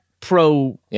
pro